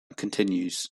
continues